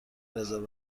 رزرو